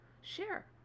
share